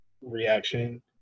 reaction